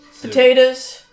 Potatoes